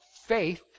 faith